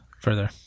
further